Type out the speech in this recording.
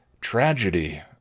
tragedy